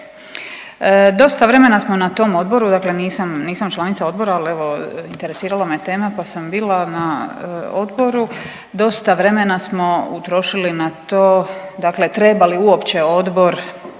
Dosta vremena smo na tom odboru, dakle nisam, nisam članica odbora, al evo interesiralo me tema, pa sam bila na odboru, dosta vremena smo utrošili na to dakle treba li uopće odbor